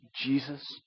Jesus